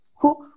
cook